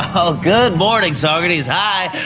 good morning saugerties high!